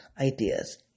ideas